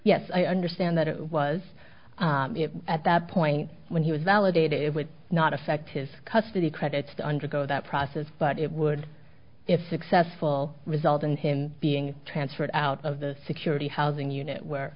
yes i understand that it was at that point when he was validated it would not affect his custody credits to undergo that process but it would if successful result in him being transferred out of the security housing unit where